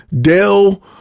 Dell